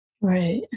Right